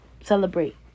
celebrate